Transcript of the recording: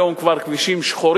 והיום הם כבר כבישים שחורים,